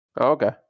Okay